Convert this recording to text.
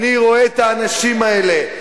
אני רואה את האנשים האלה.